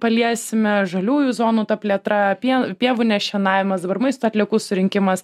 paliesime žaliųjų zonų plėtra apie pie pievų nešienavimas dabar maisto atliekų surinkimas